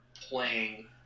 playing